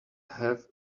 have